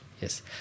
Yes